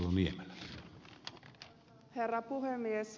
arvoisa herra puhemies